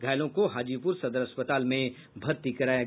घायलों को हाजीपुर सदर अस्पताल में भर्ती कराया गया है